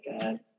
God